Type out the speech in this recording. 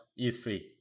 e3